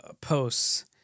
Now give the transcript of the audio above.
posts